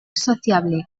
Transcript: sociable